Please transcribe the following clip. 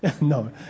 No